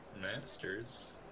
Masters